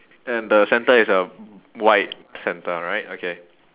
and the centre is a white centre right okay